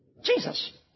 Jesus